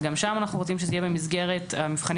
וגם שם אנחנו רוצים שזה יהיה במסגרת המבחנים